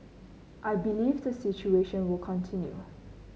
I believe the situation will continue